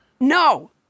No